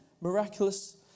miraculous